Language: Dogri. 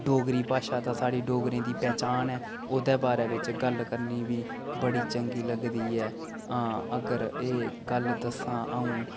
डोगरी भाशा तां साढ़ी डोगरें दी पहचान ऐ ओह्दे बारै बिच्च गल्ल करनी बी बड़ी चंगी लगदी ऐ हां अगर एह् गल्ल दस्सां अं'ऊ